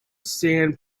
sand